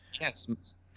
Yes